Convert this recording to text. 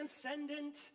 transcendent